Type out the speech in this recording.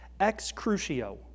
Excrucio